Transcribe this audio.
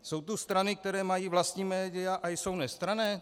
Jsou tu strany, které mají vlastní média a jsou nestranné?